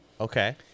Okay